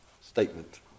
statement